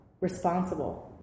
responsible